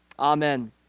Amen